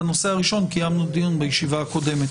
בנושא הראשון קיימנו דיון בישיבה הקודמת.